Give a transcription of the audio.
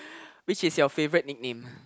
which is your favourite nickname